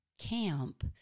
camp